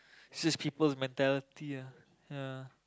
it's just people's mentality ah ya